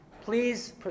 Please